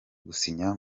gusinya